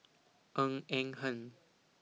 Ng Eng Hen